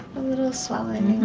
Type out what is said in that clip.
a little swelling,